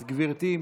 גברתי,